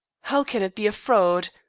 how can it be a fraud?